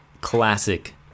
classic